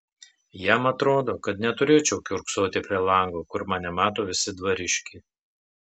jam atrodo kad neturėčiau kiurksoti prie lango kur mane mato visi dvariškiai